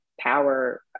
power